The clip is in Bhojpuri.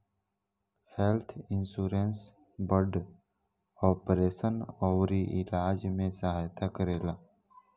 हेल्थ इन्सुरेंस बड़ ऑपरेशन अउरी इलाज में सहायता करेला